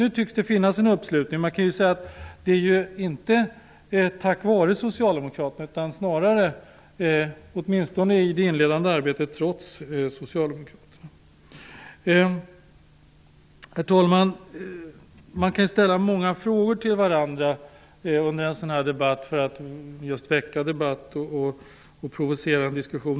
Nu tycks det finnas en uppslutning, men det är inte tack vare socialdemokraterna utan snarare trots dem, åtminstone när det gäller det inledande arbetet. Herr talman! Man kan ställa många frågor till varandra för att väcka debatt och provocera fram en diskussion.